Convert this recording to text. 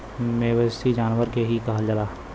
मवेसी जानवर के ही कहल जाला